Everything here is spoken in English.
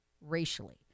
racially